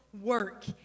work